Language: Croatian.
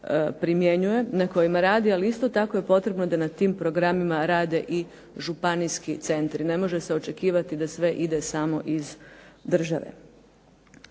primjenjuje, na kojima radi, ali isto tako je potrebno da na tim programima rade i županijski centri. Ne može se očekivati da sve ide samo iz države.